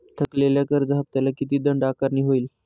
थकलेल्या कर्ज हफ्त्याला किती दंड आकारणी होईल?